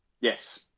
Yes